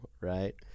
right